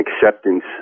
acceptance